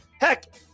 heck